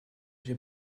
j’ai